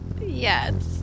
Yes